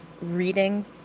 reading